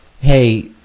hey